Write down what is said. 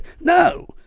no